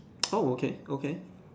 oh okay okay